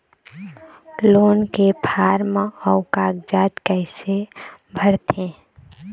Loan के form अऊ कागजात कइसे भरथें?